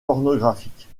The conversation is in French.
pornographiques